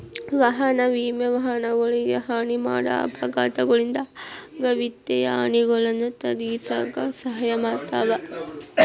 ವಾಹನ ವಿಮೆ ವಾಹನಗಳಿಗೆ ಹಾನಿ ಮಾಡ ಅಪಘಾತಗಳಿಂದ ಆಗ ವಿತ್ತೇಯ ಹಾನಿಗಳನ್ನ ತಗ್ಗಿಸಕ ಸಹಾಯ ಮಾಡ್ತದ